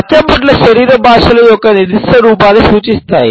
పచ్చబొట్లు శరీర భాష యొక్క నిర్దిష్ట రూపాన్ని సూచిస్తాయి